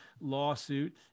lawsuit